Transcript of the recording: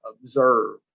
observe